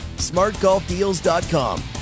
smartgolfdeals.com